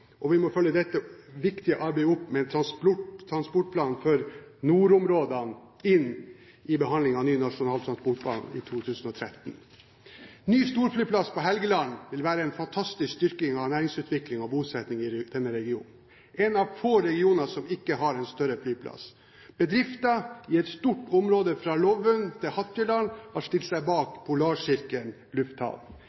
og vi må følge dette viktige arbeidet opp med en transportplan for nordområdene inn i behandlingen av ny Nasjonal transportplan i 2013. Ny storflyplass på Helgeland vil være en fantastisk styrking av næringsutvikling og bosetting i denne regionen, en av få regioner som ikke har en større flyplass. Bedrifter i et stort område fra Lovund til Hattfjelldal har stilt seg bak